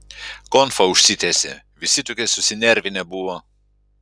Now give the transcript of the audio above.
konfa užsitęsė visi tokie susinervinę buvo